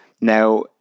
Now